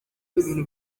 ibintu